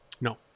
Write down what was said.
no